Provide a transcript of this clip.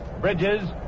Bridges